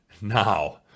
now